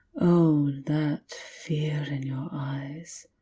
oh, that fear in your eyes.